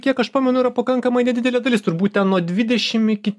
kiek aš pamenu yra pakankamai nedidelė dalis turbūt ten nuo dvidešim iki